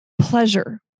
pleasure